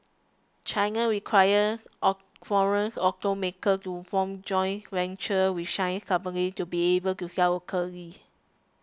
China requires foreign automakers to form joint ventures with Chinese companies to be able to sell locally